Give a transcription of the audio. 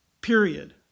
Period